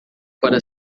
para